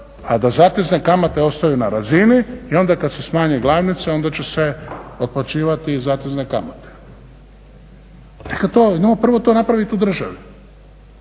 a da zatezne kamate ostaju na razini i onda kad se smanji glavnica, onda će se otplaćivati i zatezne kamate. Idemo prvo to napraviti u državi